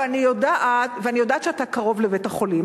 ואני יודעת שאתה קרוב לבית-החולים,